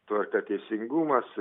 tvarka teisingumas